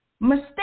mistake